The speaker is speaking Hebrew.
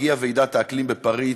הגיעה ועידת האקלים בפריז